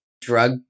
drug